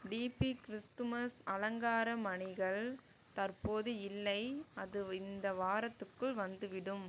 டீபி Christmas அலங்கார மணிகள் தற்போது இல்லை அது இந்த வாரத்துக்குள் வந்துவிடும்